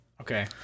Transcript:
Okay